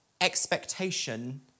expectation